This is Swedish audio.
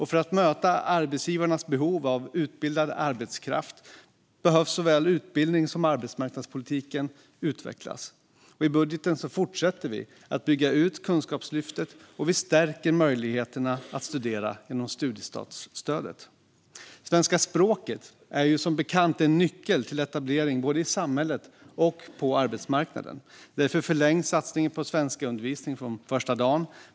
För att möta arbetsgivarnas behov av utbildad arbetskraft behöver såväl utbildnings som arbetsmarknadspolitiken utvecklas. I budgeten fortsätter vi att bygga ut Kunskapslyftet, och vi stärker möjligheterna att studera genom studiestartsstödet. Svenska språket är som bekant en nyckel till etablering både i samhället och på arbetsmarknaden. Därför förlängs satsningen på svenskundervisning från första dagen.